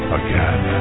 again